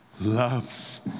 loves